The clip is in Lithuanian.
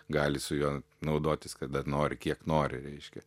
gali su juo naudotis kada nori kiek nori reiškia